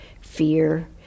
fear